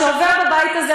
שעובר בבית הזה,